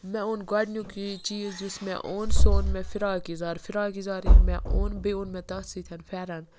مےٚ اوٚن گۄڈنیُک یہِ چیٖز یُس مےٚ اوٚن سُہ اوٚن مےٚ فِراک یَزار فِراک یَزار مےٚ اوٚن بیٚیہِ اوٚن مےٚ تَتھ سۭتۍ پھٮ۪رَن